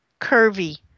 Curvy